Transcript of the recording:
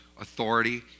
authority